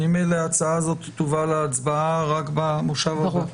אז ממילא ההצעה הזאת תובא להצבעה רק במושב הבא.